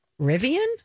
Rivian